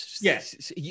yes